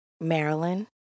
Maryland